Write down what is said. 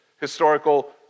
historical